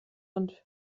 und